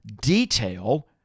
detail